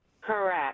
correct